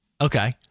Okay